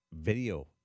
video